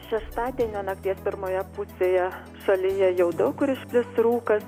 šeštadienio nakties pirmoje pusėje šalyje jau daug kur išplis rūkas